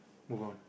move on